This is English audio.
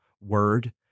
word